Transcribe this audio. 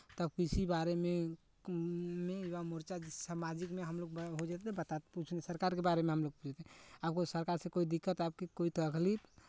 तब किसी बारे में में युवा मोर्चा जैसे सामाजिक में हमलोग हो जैसे बताते पूछते हैं क्योंकि सरकार के बारे में हमलोग पूछते हैं आपको सरकार से कोई दिक्कत है आपको कोइ तकलीफ